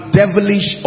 devilish